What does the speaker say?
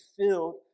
filled